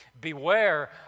Beware